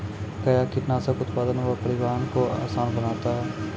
कया कीटनासक उत्पादन व परिवहन को आसान बनता हैं?